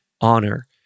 honor